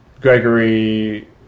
Gregory